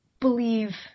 believe